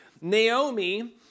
Naomi